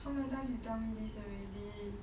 how many times you tell me this already